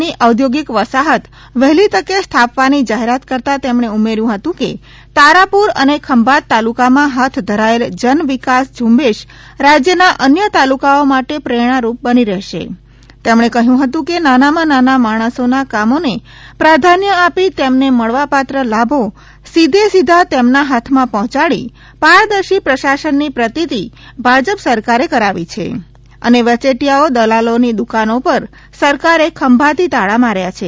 ની ઔધ્યોગિક વસાહત વહેલી તકે સ્થાપવાની જાહેરાત કરતાં તેમણે ઉમેર્થું હતું કે તારાપુર અને ખંભાત તાલુકામાં હાથ ધરાયેલ જન વિકાસ ઝુંબેશ રાજ્યના અન્ય તાલુકાઓ માટે પ્રેરણારૂપ બની રહેશે તેમણે કહ્યું હતું કે નાનામાં નાના માણસોના કામોને પ્રાધાન્ય આપી તેમને મળવાપાત્ર લાભો સીધે સીધા તેમના હાથમાં પહોંચાડી પારદર્શી પ્રસાશનની પ્રતિતિ ભાજપ સરકારે કરાવી છે અને વચેટીયાઓ દલાલોની દુકાનો પર સરકારે ખંભાતી તાળા માર્યા છે